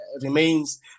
remains